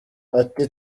ati